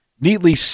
neatly